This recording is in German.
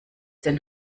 denn